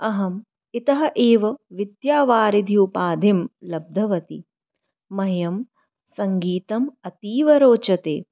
अहम् इतः एव विद्यावारिधि उपाधिं लब्धवती मह्यं सङ्गीतम् अतीव रोचते